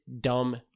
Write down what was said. dumb